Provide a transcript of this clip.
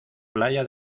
playa